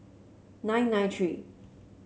nine nine three